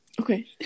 Okay